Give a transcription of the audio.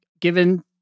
given